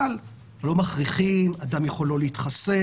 לא מכריחים, אדם יכול לא להתחסן.